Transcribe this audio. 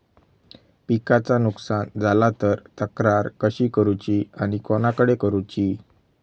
पिकाचा नुकसान झाला तर तक्रार कशी करूची आणि कोणाकडे करुची?